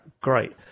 great